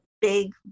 big